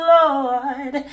Lord